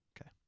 Okay